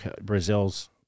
Brazil's